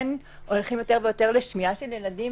כן הולכות יותר ויותר לשמיעה של ילדים